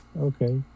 Okay